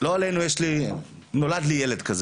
לי נולד ילד כזה